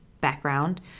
background